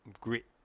Grit